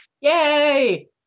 Yay